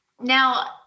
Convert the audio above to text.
now